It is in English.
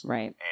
Right